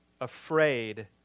afraid